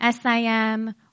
SIM